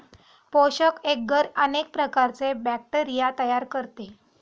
पोषक एग्गर अनेक प्रकारचे बॅक्टेरिया तयार करते